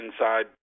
inside